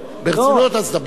ברצינות, אז דבר.